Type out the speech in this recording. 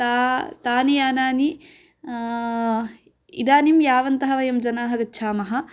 तानि तानि यानानि इदानीं यावन्तः वयं जनाः गच्छामः